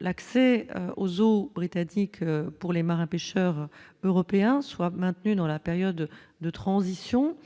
l'accès aux eaux britanniques pour les marins pêcheurs européens soient maintenus dans la période de transition,